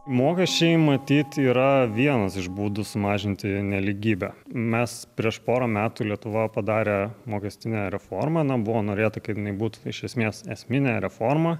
mokesčiai matyt yra vienas iš būdų sumažinti nelygybę mes prieš porą metų lietuva padarė mokestinę reformą na buvo norėta kaip jinai būtų iš esmės esminė reforma